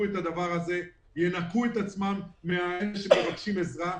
את הדבר הזה והם ינכו את עצמם מאלה שמבקשים עזרה,